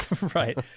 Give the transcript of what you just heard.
right